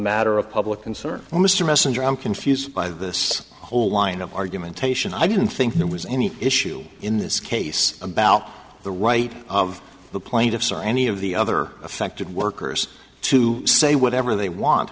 matter of public concern well mr messenger i'm confused by this whole line of argumentation i didn't think there was any issue in this case about the right of the plaintiffs or any of the other affected workers to say whatever they want